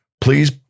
Please